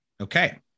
Okay